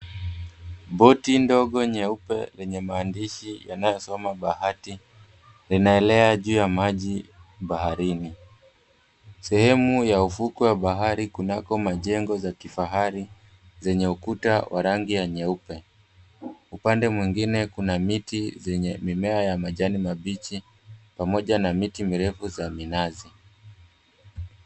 Boti ndogo nyeupe lenye maandishi yanayosoma "Bahati" linaelea juu ya maji baharini. Sehemu ya ufukwe wa bahari kunako majengo za kifahari zenye ukuta wa rangi ya nyeupe. Upande mwingine kuna miti zenye mimea ya majani mabichi pamoja na miti mirefu za minazi.